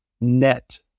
net